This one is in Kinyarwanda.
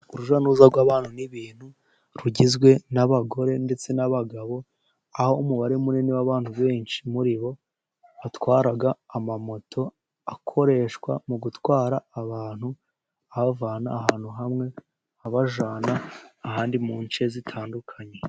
Urujyanuruza rw' abana n' ibintu rugizwe: n' abagore, ndetse n' abagabo aho umubare munini w' abantu benshi muri bo batwara; amamoto akoreshwa mu gutwara abantu abavana ahantu hamwe abajyana ahandi mu nce zitandukanye.